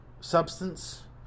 substance